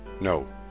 No